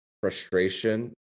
frustration